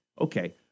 Okay